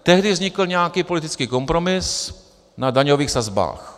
Tehdy vznikl nějaký politický kompromis na daňových sazbách.